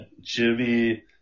Jimmy